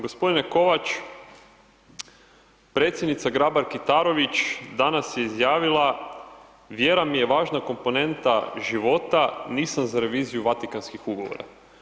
G. Kovač, Predsjednica Grabar-Kitarović danas je izjavila vjera mi je važna komponenta života, nisam za reviziju Vatikanskih ugovora.